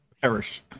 perish